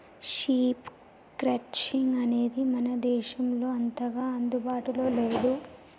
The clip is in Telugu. షీప్ క్రట్చింగ్ అనేది మన దేశంలో అంతగా అందుబాటులో లేదు